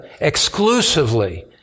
exclusively